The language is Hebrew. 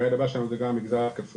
והיעד הבא שלנו זה גם המגזר הכפרי.